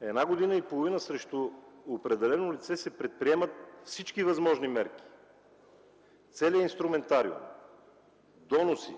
Една година и половина срещу определено лице се предприемат всички възможни мерки, целият инструментариум, доноси,